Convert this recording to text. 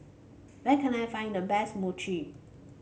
where can I find the best Mochi